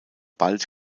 bald